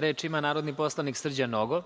Reč ima narodni poslanik Srđan Nogo.